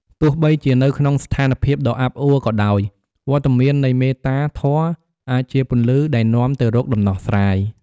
ទោះបីជានៅក្នុងស្ថានភាពដ៏អាប់អួរក៏ដោយ វត្តមាននៃមេត្តាធម៌អាចជាពន្លឺដែលនាំទៅរកដំណោះស្រាយ។